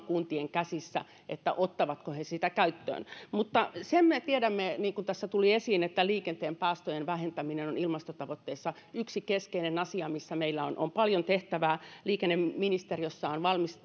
kuntien käsissä ottavatko he sitä käyttöön mutta sen me tiedämme niin kuin tässä tuli esiin että liikenteen päästöjen vähentäminen on ilmastotavoitteissa yksi keskeinen asia missä meillä on on paljon tehtävää liikenneministeriössä on